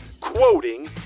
quoting